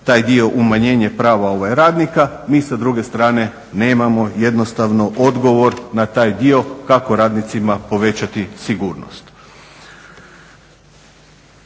taj dio umanjenje prava radnika mi sa druge strane nemamo jednostavno odgovor na taj dio kako radnicima povećati sigurnost.